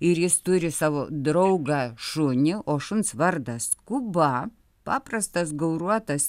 ir jis turi savo draugą šunį o šuns vardas kuba paprastas gauruotas